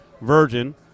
Virgin